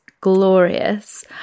glorious